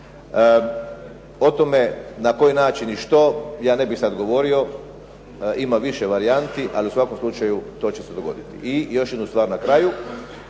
O tome na koji način i što ja ne bih sada govorio, ima više varijanti ali u svakom slučaju to će se dogoditi. I još jednu stvar na kraju.